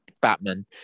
Batman